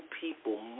people